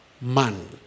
man